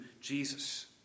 Jesus